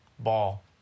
Ball